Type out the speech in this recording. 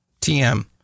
TM